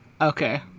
Okay